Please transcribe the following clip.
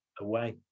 away